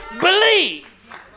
believe